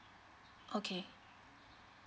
okay